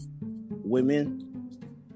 women